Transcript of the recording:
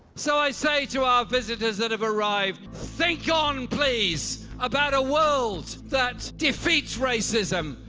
so i say to our visitors that have arrived think on please about a world that defeats racism,